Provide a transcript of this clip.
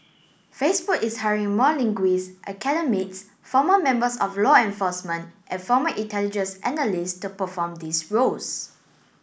Facebook is hiring more linguists academics former members of law enforcement and former intelligence analyst to perform these roles